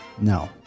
No